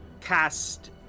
cast